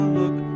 look